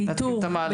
באיתור.